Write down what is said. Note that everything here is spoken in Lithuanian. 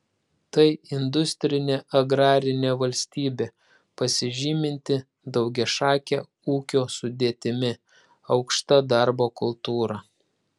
tai industrinė agrarinė valstybė pasižyminti daugiašake ūkio sudėtimi aukšta darbo kultūra